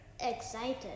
Excited